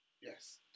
Yes